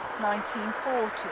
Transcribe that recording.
1940